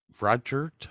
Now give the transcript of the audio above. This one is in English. Roger